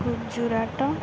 Gujarat